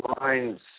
lines